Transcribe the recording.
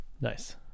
nice